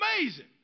Amazing